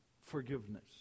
forgiveness